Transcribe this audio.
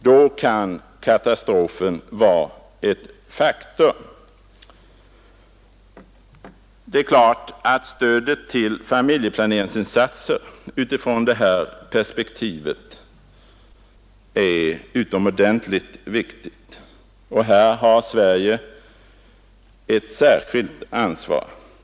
Då kan katastrofen vara ett faktum. Det är klart att stödet till familjeplaneringsinsatser från detta perspektiv är utomordentligt viktigt — och här har Sverige ett särskilt ansvar.